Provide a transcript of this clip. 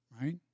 right